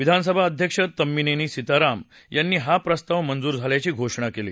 विधानसभा अध्यक्ष तम्मीनेनी सीताराम यांनी हा प्रस्ताव मंजूर झाल्याची घोषणा केली